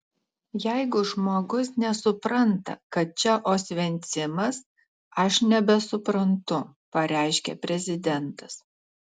jeigu žmogus nesupranta kad čia osvencimas aš nebesuprantu pareiškė prezidentas